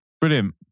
Brilliant